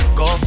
go